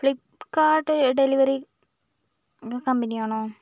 Flipkart delivery company ആണോ